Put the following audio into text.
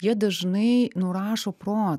jie dažnai nurašo pro